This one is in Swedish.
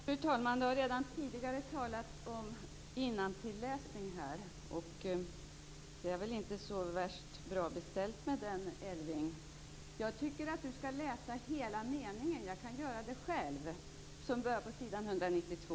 Fru talman! Det har redan tidigare talats om innantilläsning här i kammaren. Det är väl inte så värst bra beställt med den, Elving Andersson. Jag tycker att Elving Anderson skall läsa hela meningen som börjar på s. 192.